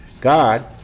God